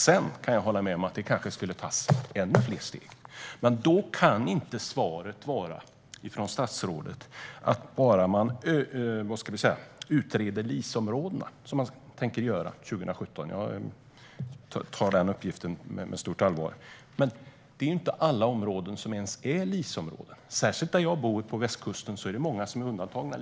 Sedan kan jag hålla med om att det skulle ha tagits ännu fler steg, men svaret från statsrådet kan inte enbart vara att man utreder LIS-områdena. Det tänker man göra 2017, och jag tar den uppgiften med stort allvar. Men det är inte ens alla områden som är LIS-områden. Särskilt där jag bor, på västkusten, är det många som är undantagna.